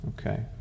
okay